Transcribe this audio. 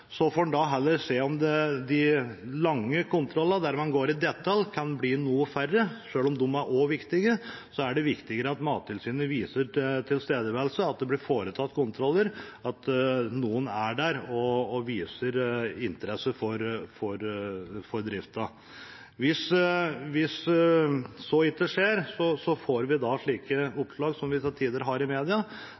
Så får en da heller se om de lange kontrollene, der man går i detalj, kan bli noe færre. Selv om disse også er viktige, er det viktigere at Mattilsynet viser tilstedeværelse, at det blir foretatt kontroller, at noen er der og viser interesse for drifta. Hvis så ikke skjer, får vi slike oppslag som vi til tider har i media,